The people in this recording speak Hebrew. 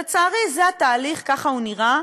לצערי, זה התהליך, כך הוא נראה.